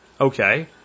Okay